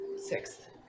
sixth